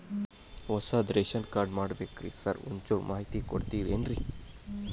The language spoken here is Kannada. ಹೊಸದ್ ರೇಶನ್ ಕಾರ್ಡ್ ಮಾಡ್ಬೇಕ್ರಿ ಸಾರ್ ಒಂಚೂರ್ ಮಾಹಿತಿ ಕೊಡ್ತೇರೆನ್ರಿ?